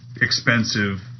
expensive